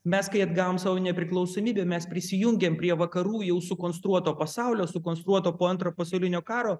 mes kai atgavom savo nepriklausomybę mes prisijungėm prie vakarų jau sukonstruoto pasaulio sukonstruoto po antro pasaulinio karo